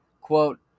Quote